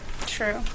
True